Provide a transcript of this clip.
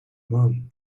moon